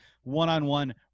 one-on-one